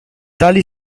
tali